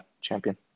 Champion